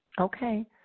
Okay